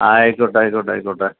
അ ആയിക്കോട്ട് ആയിക്കോട്ട് ആയിക്കോട്ടേ